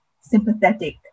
sympathetic